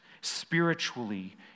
spiritually